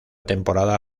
temporada